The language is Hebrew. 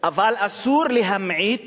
אבל אסור להמעיט